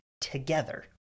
together